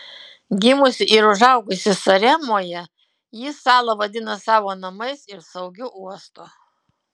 gimusi ir užaugusi saremoje ji salą vadina savo namais ir saugiu uostu